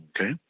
okay